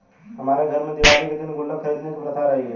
हमारे घर में दिवाली के दिन गुल्लक खरीदने की प्रथा रही है